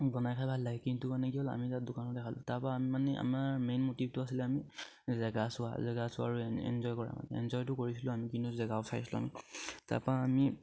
বনাই খাই ভাল লাগে কিন্তু মানে কি হ'ল আমি তাত দোকানতে খালোঁ তাপা মানে আমাৰ মেইন মটিভটো আছিলে আমি জেগা চোৱা জেগা চোৱা আৰু এনজয় কৰা মানে এনজয়টো কৰিছিলোঁ আমি কিন্তু জেগাও চাইছিলোঁ আমি তাৰপা আমি